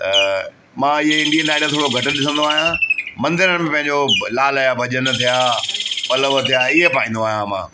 त मां हीअ इंडियन आइडल थोरो घटि ॾिसंदो आहियां मंदिरनि में जो लाल जा भॼन थिया पल्लव थिया इहो पाईंदो आहियां मां